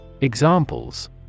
Examples